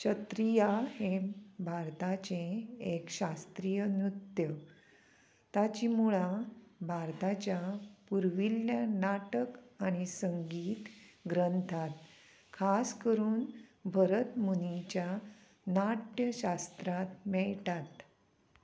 शत्रिया हे भारताचें एक शास्त्रीय नृत्य ताचीं मुळां भारताच्या पुर्विल्ल्या नाटक आनी संगीत ग्रंथात खास करून भरतमुनीच्या नाट्यशास्त्रांत मेळटात